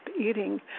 eating